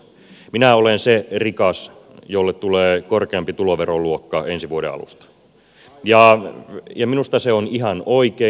minä olen se rikas jolle tulee korkeampi tuloveroluokka ensi vuoden alusta ja minusta se on ihan oikein